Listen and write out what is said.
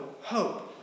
hope